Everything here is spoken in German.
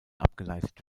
abgeleitet